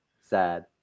Sad